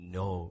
no